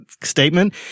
statement